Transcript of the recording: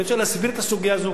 אני רוצה להסביר את הסוגיה הזאת,